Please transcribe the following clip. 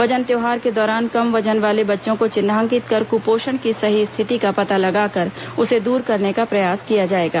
वजन त्यौहार के दौरान कम वजन वाले बच्चों को चिन्हांकित कर कुपोषण की सही स्थिति का पता लगाकर उसे दूर करने का प्रयास किया जाएगा